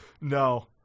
No